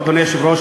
אדוני היושב-ראש,